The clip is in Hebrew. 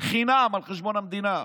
חינם על חשבון המדינה,